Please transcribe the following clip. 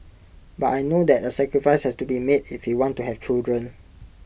but I know that A sacrifice has to be made if we want to have children